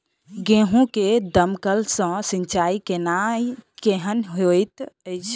गेंहूँ मे दमकल सँ सिंचाई केनाइ केहन होइत अछि?